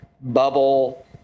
bubble